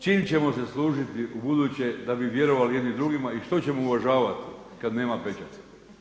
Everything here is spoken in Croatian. Čim ćemo se služiti ubuduće da bi vjerovali jedni drugima i što ćemo uvažavati kada nema pečata?